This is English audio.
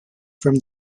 from